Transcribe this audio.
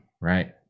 Right